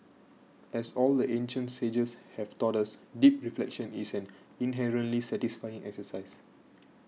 as all the ancient sages have taught us deep reflection is an inherently satisfying exercise